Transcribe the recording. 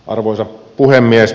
arvoisa puhemies